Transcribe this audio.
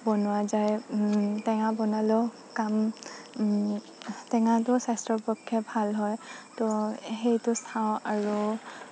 বনোৱা যায় টেঙা বনালেও কাম টেঙাটোও স্বাস্থ্যৰ পক্ষে ভাল হয় তো সেইটো খাওঁ আৰু